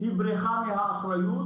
היא בריחה מאחריות.